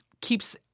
keeps